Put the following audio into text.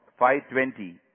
5.20